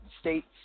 states